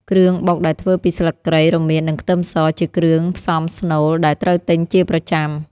គ្រឿងបុកដែលធ្វើពីស្លឹកគ្រៃ រមៀត និងខ្ទឹមស ជាគ្រឿងផ្សំស្នូលដែលត្រូវទិញជាប្រចាំ។